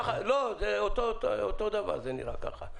זה אותו דבר, זה נראה ככה.